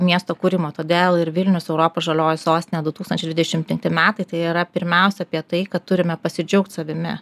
miesto kūrimo todėl ir vilnius europos žalioji sostinė du tūkstančiai dvidešimt penkti metai tai yra pirmiausia apie tai kad turime pasidžiaugt savimi